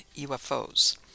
UFOs